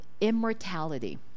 immortality